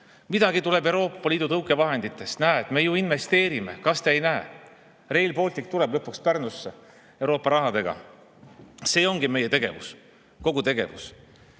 Midagi tuleb Euroopa Liidu tõuke[fondide] vahenditest – näete, me investeerime! Kas te ei näe? Rail Baltic tuleb lõpuks Pärnusse Euroopa rahadega. See ongi meie tegevus, kogu tegevus.